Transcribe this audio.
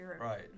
Right